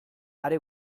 are